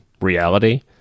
reality